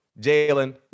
Jalen